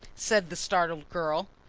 said the startled girl.